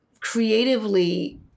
creatively